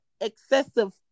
excessive